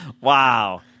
Wow